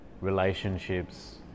relationships